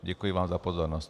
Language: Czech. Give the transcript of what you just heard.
Děkuji vám za pozornost.